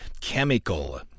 chemical